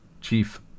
chief